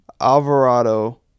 Alvarado